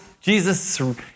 Jesus